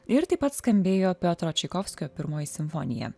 ir taip pat skambėjo piotro čaikovskio pirmoji simfonija